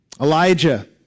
Elijah